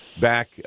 back